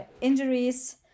injuries